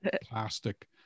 plastic